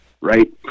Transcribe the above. right